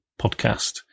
podcast